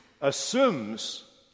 assumes